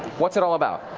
what's it all about?